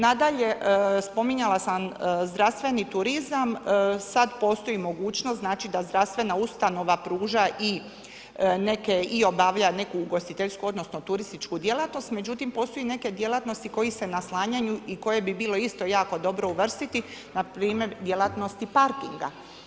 Nadalje, spominjala sam zdravstveni turizam, sad postoji mogućnost da zdravstvena ustanova pruža i obavlja neku ugostiteljsku odnosno turističku djelatnost, međutim postoje neke djelatnosti koje se na naslanjaju i koje bi bilo isto jako dobro uvrstiti, npr. djelatnosti parkinga.